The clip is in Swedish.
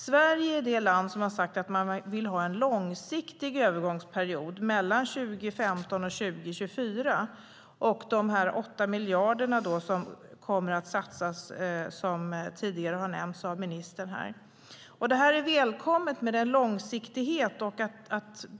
Sverige har sagt att vi vill ha en långsiktig övergångsperiod mellan 2015 och 2024. Som tidigare nämnts av ministern kommer 8 miljarder att satsas. Långsiktigheten är välkommen.